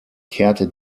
kehrte